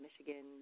Michigan